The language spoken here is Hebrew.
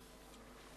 כולנו.